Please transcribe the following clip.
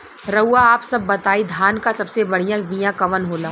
रउआ आप सब बताई धान क सबसे बढ़ियां बिया कवन होला?